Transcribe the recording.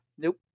nope